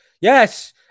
yes